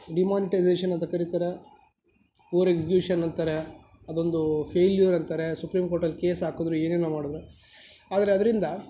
demonetisation ಅಂತ ಕರೀತಾರೆ over execution ಅಂತಾರೆ ಅದೊಂದು ಫೇಲ್ಯೂರ್ ಅಂತಾರೆ ಸುಪ್ರೀಮ್ ಕೋರ್ಟಲ್ಲಿ ಕೇಸ್ ಹಾಕಿದರು ಏನೇನೋ ಮಾಡಿದರು ಆದರೆ ಅದರಿಂದ